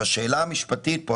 השאלה המשפטית פה,